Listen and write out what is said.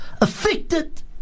affected